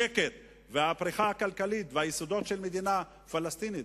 השקט והפריחה הכלכלית והיסודות של מדינה פלסטינית,